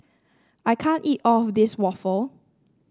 I can't eat all of this waffle